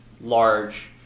large